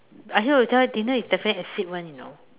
I heard we tell her dinner is definitely exceed [one] you know